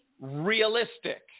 realistic